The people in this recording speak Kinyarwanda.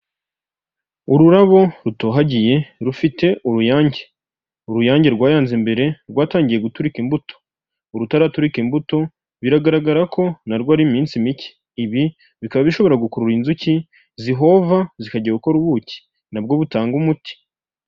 Ururabo rutohagiye rufite uruyange. Uruyange rwayanze imbere rwatangiye guturika imbuto. Urutaraturika imbuto biragaragara ko na rwo ari iminsi mike. Ibi bikaba bishobora gukurura inzuki zihova zikajya gukora ubuki, na bwo butanga umuti.